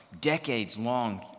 decades-long